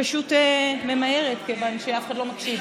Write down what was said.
אני פשוט ממהרת כיוון שאף אחד לא מקשיב.